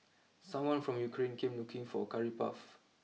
someone from Ukraine came looking for Curry Puff